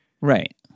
Right